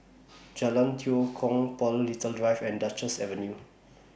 Jalan Tua Kong Paul Little Drive and Duchess Avenue